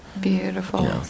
Beautiful